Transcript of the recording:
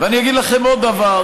ואני אגיד לכם עוד דבר: